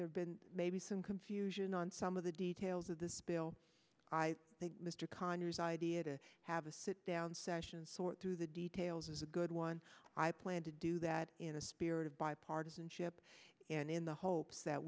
there's been maybe some confusion on some of the details of this bill i think mr conyers idea to have a sit down session sort through the details is a good one i plan to do that in a spirit of bipartisanship and in the hopes that